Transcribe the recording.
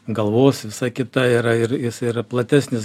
galvos visa kita yra ir jis yra platesnis